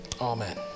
Amen